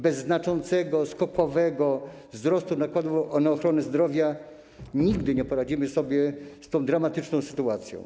Bez znaczącego, skokowego wzrostu nakładów na ochronę zdrowia nigdy nie poradzi sobie z tą dramatyczną sytuacją.